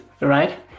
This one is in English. right